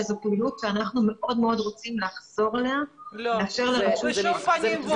וזו פעילות שאנחנו מאוד מאוד רוצים לחזור אליה --- בשום פנים ואופן.